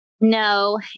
No